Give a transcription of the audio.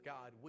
God